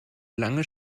lange